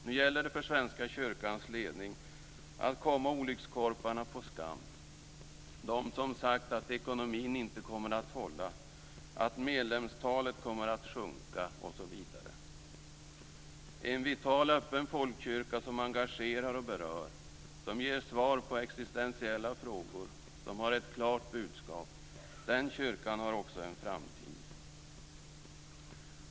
Nu gäller det för Svenska kyrkans ledning att komma olyckskorparna på skam, de som sagt att ekonomin inte kommer att hålla, att medlemstalet kommer att sjunka osv. En vital, öppen folkkyrka som engagerar och berör, som ger svar på existentiella frågor, som har ett klart budskap, den kyrkan har också en framtid.